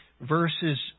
Verses